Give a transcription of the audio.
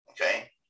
Okay